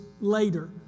later